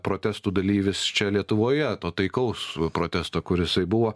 protestų dalyvis čia lietuvoje to taikaus protesto kur jisai buvo